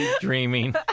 dreaming